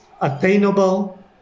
attainable